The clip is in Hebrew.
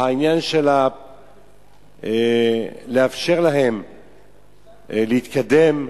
לאפשר להם להתקדם.